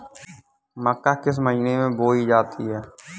मक्का किस महीने में बोई जाती है?